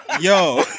yo